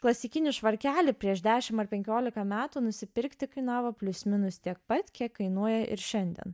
klasikinį švarkelį prieš dešim ar penkiolika metų nusipirkti kainavo plius minus tiek pat kiek kainuoja ir šiandien